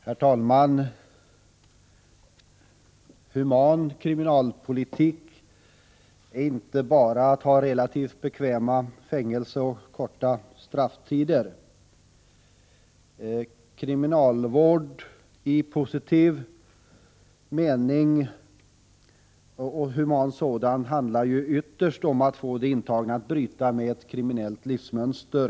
Herr talman! Human kriminalvård innebär inte bara relativt bekväma fängelser och korta stafftider. Kriminalvård i positiv mening, och alltså en human sådan, handlar ytterst om att få de intagna att bryta ett kriminellt livsmönster.